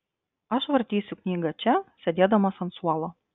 aš vartysiu knygą čia sėdėdamas ant suolo